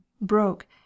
broke